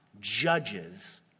judges